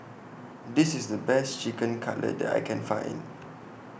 This IS The Best Chicken Cutlet that I Can Find